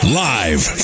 live